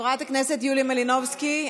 חברת הכנסת יוליה מלינובסקי,